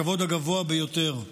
הכבוד הגבוה ביותר.